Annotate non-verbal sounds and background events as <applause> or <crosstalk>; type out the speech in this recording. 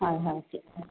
হয় হয় <unintelligible>